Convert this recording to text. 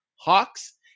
Hawks